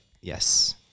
Yes